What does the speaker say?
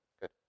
good